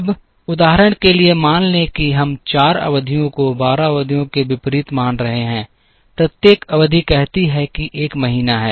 अब उदाहरण के लिए मान लें कि हम 4 अवधियों को 12 अवधियों के विपरीत मान रहे हैं प्रत्येक अवधि कहती है कि एक महीना है